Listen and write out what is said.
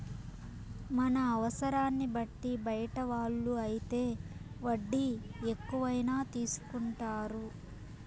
మన అవసరాన్ని బట్టి బయట వాళ్ళు అయితే వడ్డీ ఎక్కువైనా తీసుకుంటారు